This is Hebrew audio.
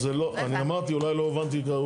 אז זה לא, אני אמרתי, אולי לא הובנתי כראוי.